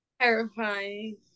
terrifying